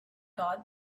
god